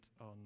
on